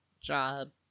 job